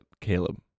Caleb